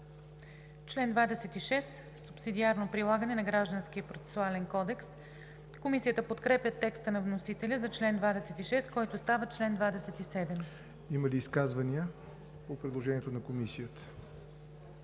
Има ли изказвания по предложението на Комисията?